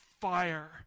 fire